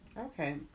Okay